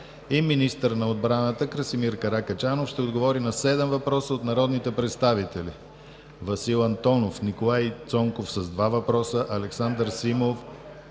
и министър на отбраната Красимир Каракачанов ще отговори на 7 въпроса от народните представители: Васил Антонов; Николай Цонков, два въпроса; Александър Симов;